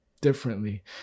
differently